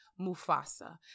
Mufasa